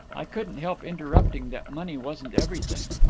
i couldn't help interrupting that money wasn't everything.